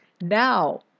now